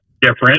different